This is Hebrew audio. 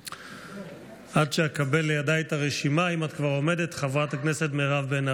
פנינה תמנו ואפרת רייטן מרום בנושא: חלוקת הנשק ללא מעורבות של